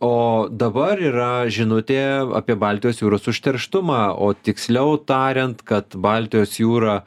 o dabar yra žinutė apie baltijos jūros užterštumą o tiksliau tariant kad baltijos jūra